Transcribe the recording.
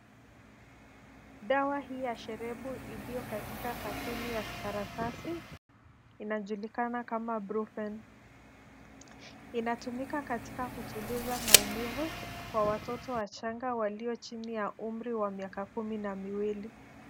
Dawa hii ya sherebu iliyo katika katoni ya karatasi inajulikana kama brufen . Inatumika katika kutuliza maumivu kwa watoto wachanga walio chini ya umri wa miaka kumi na miwili.